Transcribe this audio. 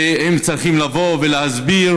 הם צריכים לבוא ולהסביר,